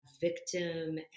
victim